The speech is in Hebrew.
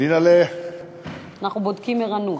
אנחנו בודקים ערנות.